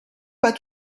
pas